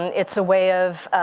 it's a way of,